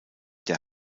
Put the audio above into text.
der